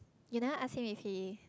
you never ask him if he